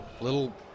little